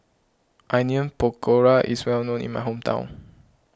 Onion Pakora is well known in my hometown